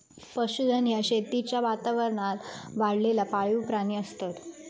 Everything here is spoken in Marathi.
पशुधन ह्या शेतीच्या वातावरणात वाढलेला पाळीव प्राणी असत